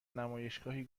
نمایشگاهی